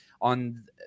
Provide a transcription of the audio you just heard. on